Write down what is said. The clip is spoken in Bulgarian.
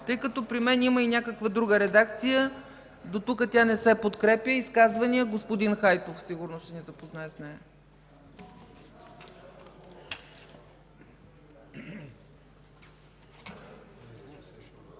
Тъй като при мен има и някаква друга редакция, до тук тя не се подкрепя. Изказвания? Господин Хайтов сигурно ще ни запознае с нея.